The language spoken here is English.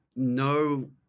No